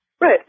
Right